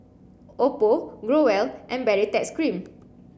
Oppo Growell and Baritex cream